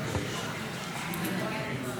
אין נגד,